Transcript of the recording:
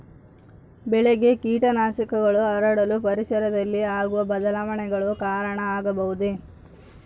ಬೆಳೆಗೆ ಕೇಟನಾಶಕಗಳು ಹರಡಲು ಪರಿಸರದಲ್ಲಿ ಆಗುವ ಬದಲಾವಣೆಗಳು ಕಾರಣ ಆಗಬಹುದೇ?